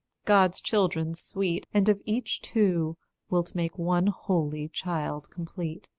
god's children sweet, and of each two wilt make one holy child complete.